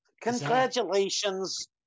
Congratulations